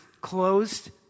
closed